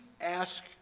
ask